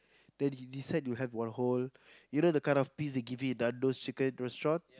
then you decide you have one whole you know the kind of piece they give you in Nando's chicken restaurant